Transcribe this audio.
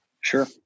Sure